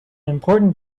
important